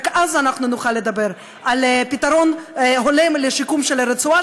רק אז אנחנו נוכל לדבר על פתרון הולם לשיקום של הרצועה,